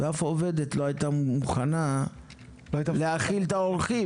ואף עובדת לא הייתה מוכנה להאכיל את האורחים,